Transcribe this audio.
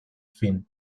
fin